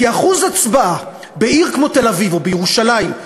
כי אחוז הצבעה בעיר כמו תל-אביב או ירושלים,